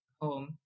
home